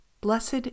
Blessed